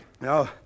No